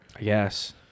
Yes